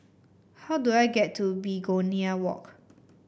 how do I get to Begonia Walk